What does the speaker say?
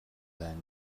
байна